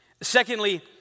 Secondly